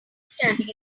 standing